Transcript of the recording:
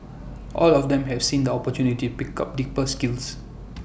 all of them have seen the opportunity pick up deeper skills